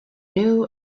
new